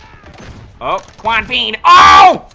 oh quan pain. oh